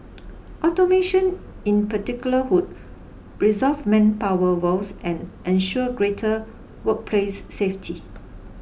automation in particular who resolve manpower woes and ensure greater workplace safety